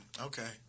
Okay